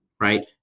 right